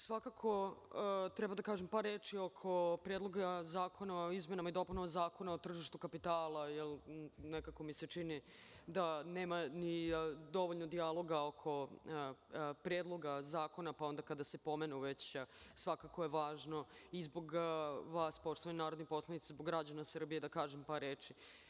Svakako treba da kažem par reči oko Predloga zakona o izmenama i dopunama Zakona o tržištu kapitala, jer nekako mi se čini da nema dovoljno dijaloga oko Predloga zakona, pa onda kada se pomenu već, svakako je važno i zbog vas, poštovani narodni poslanici i zbog građana Srbije, da kažem par reči.